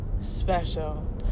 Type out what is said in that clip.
special